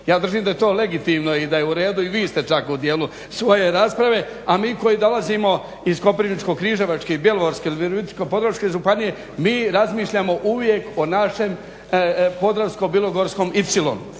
Ja držim da je to legitimno i da je u redu. I vi ste čak u dijelu svoje rasprave, a mi koji dolazimo iz Koprivničko-križevačke i Bjelovarske ili Virovitičko-podravske županije mi razmišljamo uvijek o našem Podravsko-bilogorskom